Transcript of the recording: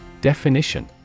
Definition